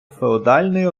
феодальної